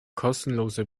kostenlose